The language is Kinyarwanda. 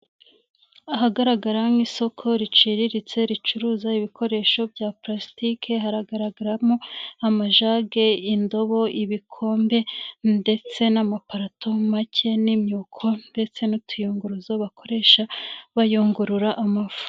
Ahagaragara nk'isoko riciriritse ricuruza ibikoresho bya purasitike hagaragaramo amajage, indobo, ibikombe ndetse n'amaparato make n'imyuko ndetse n'utuyunguruzo bakoresha bayungurura amafu.